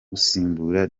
gusimbura